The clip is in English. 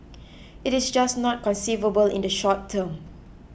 it is just not conceivable in the short term